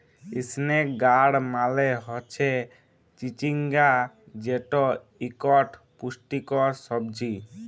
ইসনেক গাড় মালে হচ্যে চিচিঙ্গা যেট ইকট পুষ্টিকর সবজি